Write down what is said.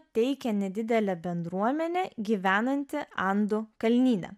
teikia nedidelė bendruomenė gyvenanti andų kalnyne